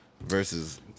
versus